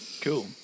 Cool